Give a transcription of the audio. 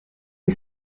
you